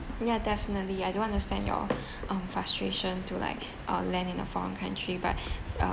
ya definitely I do understand your um frustration to like uh land in a foreign country but uh~